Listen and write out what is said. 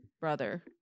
brother